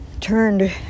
turned